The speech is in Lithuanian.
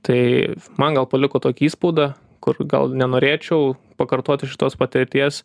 tai man gal paliko tokį įspaudą kur gal nenorėčiau pakartoti šitos patirties